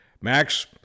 Max